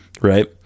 right